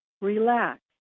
Relax